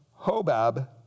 Hobab